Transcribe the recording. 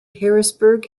harrisburg